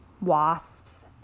wasps